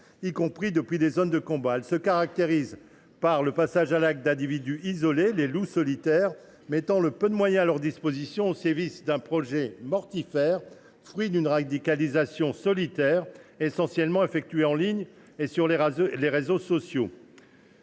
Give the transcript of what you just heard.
y compris depuis des zones de combat. Elle se caractérise par le passage à l’acte d’individus isolés, les loups solitaires, qui mettent le peu de moyens à leur disposition au service d’un projet mortifère, fruit d’une radicalisation solitaire, menée principalement en ligne, notamment sur les réseaux sociaux.